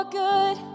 good